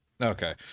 Okay